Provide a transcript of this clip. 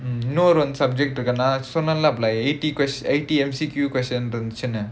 இன்னோரு:innoru subject இருக்கு நான் சொன்னேன்ல:irukku naan sonnaenla eighty quest~ eighty M_C_Q question இருந்துச்சினு:irunthuchinu